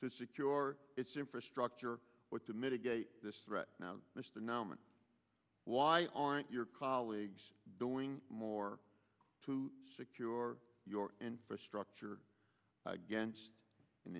to secure its infrastructure but to mitigate this threat now mr nominee why aren't your colleagues doing more to secure your infrastructure against an